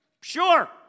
Sure